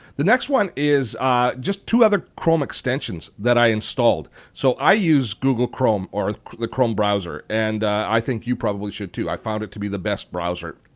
the next one is just two other chrome extensions that i installed. so i use google chrome or the chrome browser and i think you probably should, too. i found it to be the best browser.